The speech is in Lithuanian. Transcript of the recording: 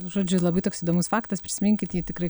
žodžiu labai toks įdomus faktas prisiminkit jį tikrai